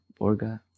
Borga